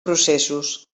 processos